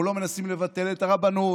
אנחנו לא מנסים לבטל את הרבנות,